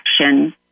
action